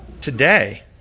today